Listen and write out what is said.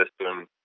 system